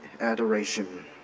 adoration